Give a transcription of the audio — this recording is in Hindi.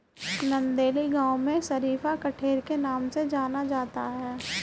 नंदेली गांव में शरीफा कठेर के नाम से जाना जाता है